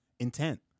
Intent